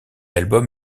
album